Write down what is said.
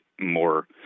more